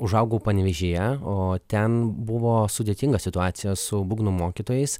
užaugau panevėžyje o ten buvo sudėtinga situacija su būgnų mokytojais